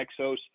exos